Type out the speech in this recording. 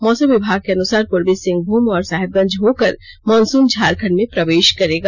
मौसम विभाग के अनुसार पूर्वी सिंहभूम और साहेबगंज होकर मॉनसून झारखंड में प्रवेष करेगा